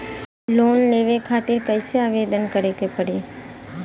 Loan लेवे खातिर कइसे आवेदन करें के पड़ी?